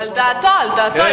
על דעתו, על דעתו.